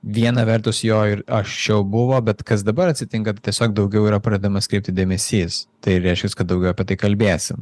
viena vertus jo ir anksčiau buvo bet kas dabar atsitinka tai tiesiog daugiau yra pradedamas kreipti dėmesys tai reiškias kad daugiau apie tai kalbėsim